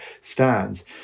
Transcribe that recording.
stands